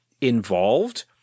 involved